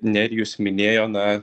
nerijus minėjo na